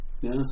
Yes